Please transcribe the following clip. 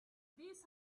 this